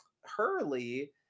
Hurley